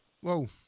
whoa